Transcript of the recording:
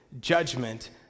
judgment